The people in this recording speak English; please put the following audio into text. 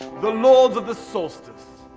the lords of the solstice.